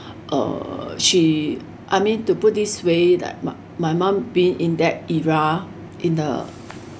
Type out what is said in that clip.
uh she I mean to put this way that my my mom been in that era in the